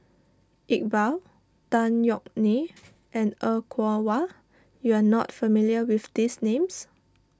Iqbal Tan Yeok Nee and Er Kwong Wah you are not familiar with these names